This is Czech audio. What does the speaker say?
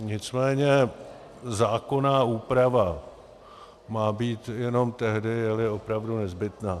Nicméně zákonná úprava má být jenom tehdy, jeli opravdu nezbytná.